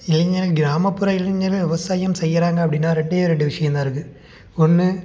இளைஞர் கிராமப்புற இளைஞர்கள் விவசாயம் செய்கிறாங்க அப்படின்னா ரெண்டே ரெண்டு விஷயந்தான் இருக்குது ஒன்று